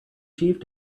achieved